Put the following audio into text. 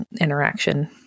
interaction